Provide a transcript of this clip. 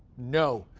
no,